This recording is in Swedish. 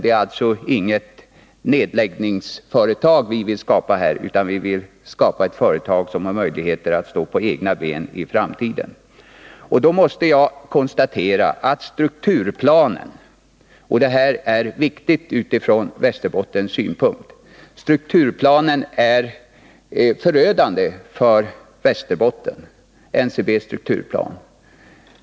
Det är alltså inget nedläggningsföretag vi vill skapa här, utan vi vill skapa ett företag som har möjligheter att stå på egna ben i framtiden. Då måste jag konstatera att NCB:s strukturplan — och det här är viktigt utifrån Västerbottens synpunkt — är förödande för Västerbotten.